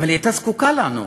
אבל היא הייתה זקוקה לנו,